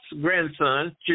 grandson